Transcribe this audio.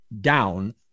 down